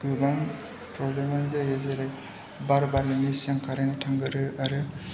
गोबां प्रब्लेमानो जायो जेरै बार बारनायनि सिगां कारेन्टआ थांग्रोयो आरो